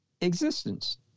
existence